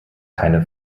keine